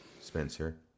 Spencer